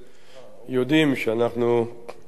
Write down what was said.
יודעים שאנחנו חייבים